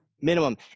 minimum